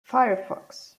firefox